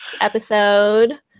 episode